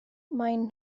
maen